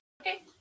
Okay